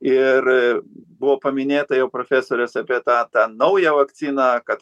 ir buvo paminėta jau profesorės apie tą tą naują vakciną kad